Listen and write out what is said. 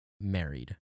married